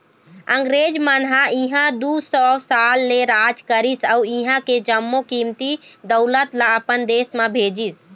अंगरेज मन ह इहां दू सौ साल ले राज करिस अउ इहां के जम्मो कीमती दउलत ल अपन देश म भेजिस